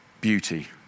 beauty